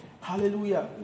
Hallelujah